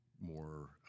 more